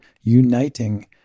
uniting